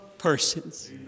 Persons